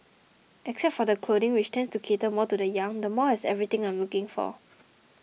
except for the clothing which tends to cater more to the young the mall has everything I am looking for